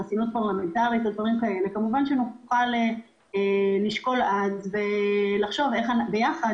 חסינות פרלמנטרית ודברים כאלה כמובן שאז נוכל לחשוב ביחד,